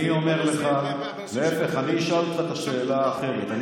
אני אומר לך, להפך, אני אשאל אותך את השאלה האחרת.